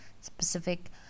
specific